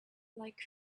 like